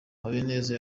habineza